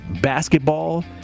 basketball